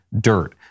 dirt